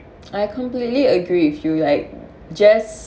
I completely agree with you like just